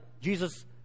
Jesus